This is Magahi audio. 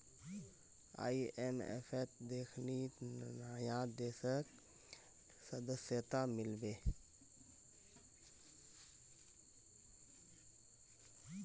आईएमएफत देखनी नया देशक सदस्यता मिल बे